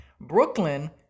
brooklyn